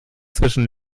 zwischen